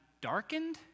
darkened